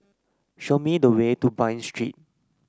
show me the way to Bain Street